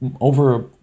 over